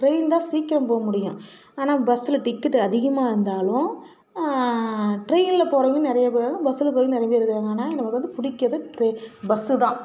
train தான் சீக்கிரம் போக முடியும் ஆனால் பஸ்ஸில் டிக்கெட் அதிகமாக இருந்தாலும் டிரெயினில் போகறதும் நிறைய பேரும் பஸ்ஸில் போயிம் நிறைய பேர் இருக்காங்க ஆனால் நமக்கு வந்து பிடிக்கறது டிரெயின் பஸ்ஸு தான்